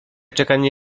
czekanie